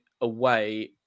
away